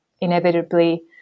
inevitably